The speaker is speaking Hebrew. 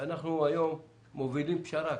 אנחנו היום מובילים פשרה.